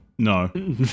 No